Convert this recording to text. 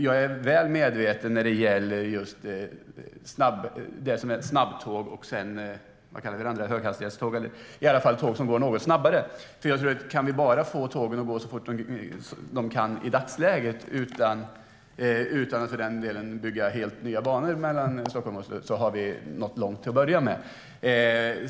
Jag är väl medveten om skillnaderna mellan snabbtåg och höghastighetståg, alltså tåg som går något snabbare. Kan vi bara få tågen att gå så fort de kan i dagsläget utan att för den delen bygga helt nya banor mellan Stockholm och Oslo har vi nått långt till att börja med.